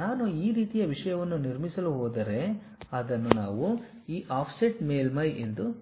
ನಾನು ಈ ರೀತಿಯ ವಿಷಯವನ್ನು ನಿರ್ಮಿಸಲು ಹೋದರೆ ಅದನ್ನು ನಾವು ಈ ಆಫ್ಸೆಟ್ ಮೇಲ್ಮೈ offset surfaces